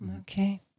Okay